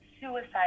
suicide